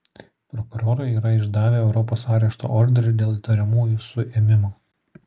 prokurorai yra išdavę europos arešto orderį dėl įtariamųjų suėmimo